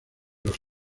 los